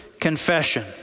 confession